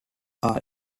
are